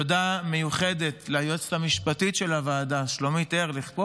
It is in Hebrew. תודה מיוחדת ליועצת המשפטית של הוועדה שלומית ארליך.